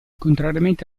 contrariamente